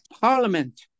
parliament